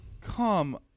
Come